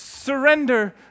Surrender